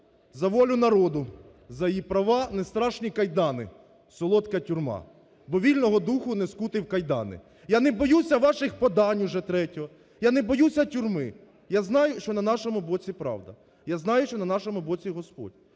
"За волю народу, за її права не страшні кайдани, солодка тюрма, бо вільного духу не скути в кайдани". Я не боюся ваших подань, уже третього. Я не боюся тюрми. Я знаю, що на нашому боці правда. Я знаю, що на нашому боці Господь.